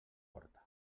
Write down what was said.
porta